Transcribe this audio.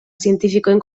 zientifikoen